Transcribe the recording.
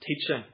teaching